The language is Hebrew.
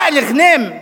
ואאל ע'אנם,